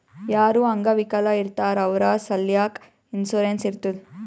ಯಾರು ಅಂಗವಿಕಲ ಇರ್ತಾರ್ ಅವ್ರ ಸಲ್ಯಾಕ್ ಇನ್ಸೂರೆನ್ಸ್ ಇರ್ತುದ್